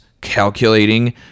calculating